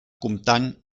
comptant